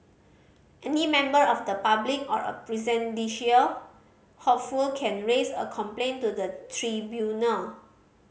any member of the public or a presidential hopeful can raise a complaint to the tribunal